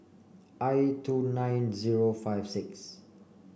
i two nine zero five six